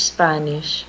Spanish